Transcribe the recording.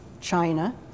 China